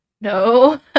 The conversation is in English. No